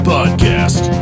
Podcast